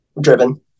driven